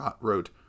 wrote